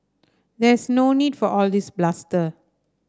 there is no need for all this bluster